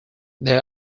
they